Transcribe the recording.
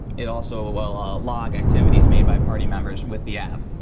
it also ah will ah log activities made by party members with the app